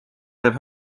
teeb